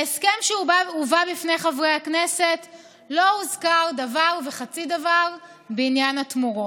בהסכם שהובא בפני חברי הכנסת לא הוזכר דבר וחצי דבר בעניין התמורות.